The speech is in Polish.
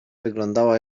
wyglądała